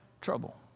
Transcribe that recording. trouble